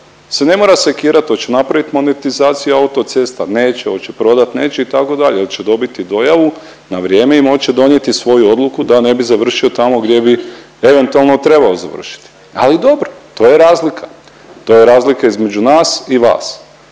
se ne mora sekirat hoće li napravit monetizaciju autocesta neće, hoće prodat neće itd. jer će dobiti dojavu na vrijeme i moći će donijeti svoju odluku da ne bi završio tamo gdje bi eventualno trebao završiti, ali dobro to je razlika. To je razlika između nas i vas.